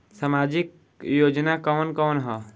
सामाजिक योजना कवन कवन ह?